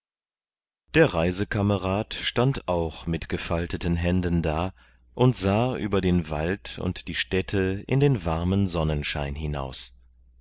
der reisekamerad stand auch mit gefalteten händen da und sah über den wald und die städte in den warmen sonnenschein hinaus